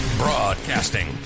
Broadcasting